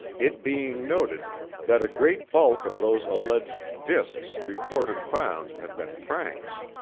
it being noted that a great bulk of those alleged discs reported found have been pranks.